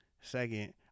Second